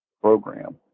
program